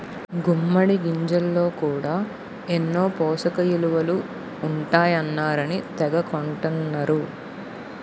గుమ్మిడి గింజల్లో కూడా ఎన్నో పోసకయిలువలు ఉంటాయన్నారని తెగ కొంటన్నరు